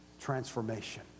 transformation